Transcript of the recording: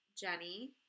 Jenny